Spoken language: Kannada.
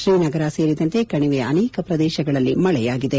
ಶ್ರೀನಗರ ಸೇರಿದಂತೆ ಕಣಿವೆಯ ಅನೇಕ ಪ್ರದೇಶಗಳಲ್ಲಿ ಮಳೆ ಸುರಿದಿದೆ